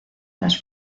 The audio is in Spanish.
las